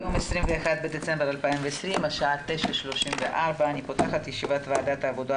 היום 21 בדצמבר 2020. השעה 09:34. אני פותחת את ישיבת ועדת העבודה,